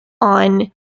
on